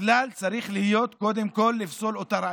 הכלל צריך להיות קודם כול לפסול את אותה ראיה.